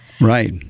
Right